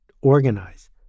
organize